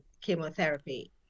chemotherapy